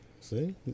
See